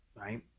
right